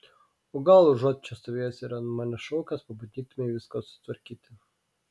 o gal užuot čia stovėjęs ir ant manęs šaukęs pabandytumei viską sutvarkyti